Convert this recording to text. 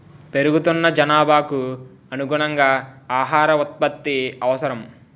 పెరుగుతున్న జనాభాకు అనుగుణంగా ఆహార ఉత్పత్తి అవసరం